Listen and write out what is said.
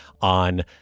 on